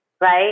right